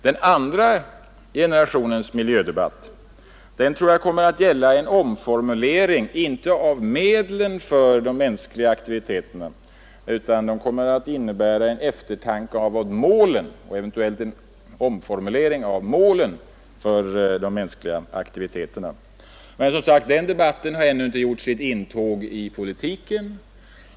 Den andra generationens miljödebatt kommer att gälla en omformulering inte av medlen för de mänskliga aktiviteterna utan av själva målen för dem. Men den debatten har ännu inte gjort sitt intåg i politiken.